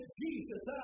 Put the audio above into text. Jesus